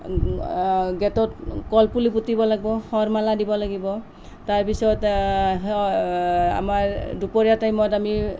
গেটত কলপুলি পুতিব লাগিব সৰ মালা দিব লাগিব তাৰ পিছত আমাৰ দুপৰীয়া টাইমত আমি